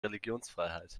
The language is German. religionsfreiheit